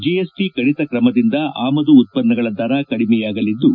GST ಕಡಿತ ಕ್ರಮದಿಂದ ಆಮದು ಉತ್ತನ್ನಗಳ ದರ ಕಡಿಮೆಯಾಗಲಿದ್ದು